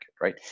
right